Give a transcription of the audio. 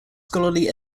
scholarly